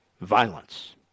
violence